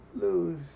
lose